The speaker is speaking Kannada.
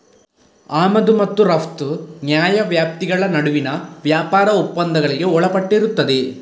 ಆಮದು ಮತ್ತು ರಫ್ತು ಆಮದು ಮತ್ತು ರಫ್ತು ನ್ಯಾಯವ್ಯಾಪ್ತಿಗಳ ನಡುವಿನ ವ್ಯಾಪಾರ ಒಪ್ಪಂದಗಳಿಗೆ ಒಳಪಟ್ಟಿರುತ್ತದೆ